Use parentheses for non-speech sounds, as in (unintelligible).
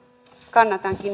kannatankin (unintelligible)